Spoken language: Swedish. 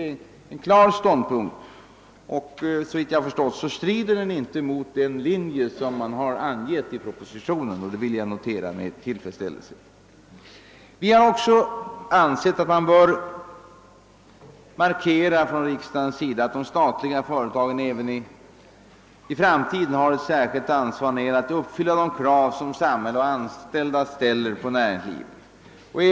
Det är en klar ståndpunkt, och såvitt jag förstår strider den inte mot den linje som anges i propositionen — det vill jag notera med tillfredsställelse. Vi har också ansett att riksdagen bör markera att de statliga företagen även i framtiden har ett särskilt ansvar för att uppfylla de krav som samhället och de anställda ställer på näringslivet.